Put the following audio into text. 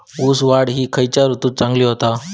ऊस वाढ ही खयच्या ऋतूत चांगली होता?